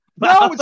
No